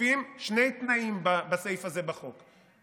מופיעים שני תנאים בסעיף הזה בחוק,